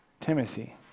Timothy